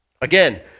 Again